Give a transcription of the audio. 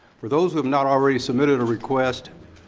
for those who have not already submitted a request,